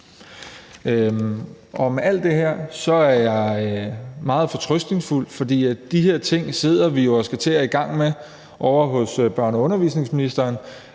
Med alt det her er jeg meget fortrøstningsfuld, for de her ting sidder vi jo og skal til at i gang med ovre hos børne- og undervisningsministeren.